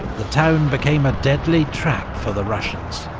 the town became a deadly trap for the russians.